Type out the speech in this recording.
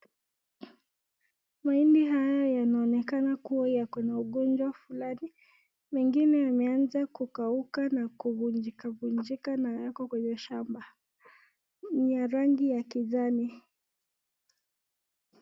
Mahindi haya yanaoneka kuwa Yakilkna ugonjwa fulanimwingine imeanza kukauka nakufinjika funjika na Yako kwenye shamba ni ya rangi ya kichani.